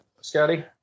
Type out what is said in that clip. Scotty